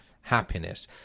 happiness